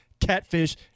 catfish